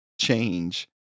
change